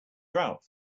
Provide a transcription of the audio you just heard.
grout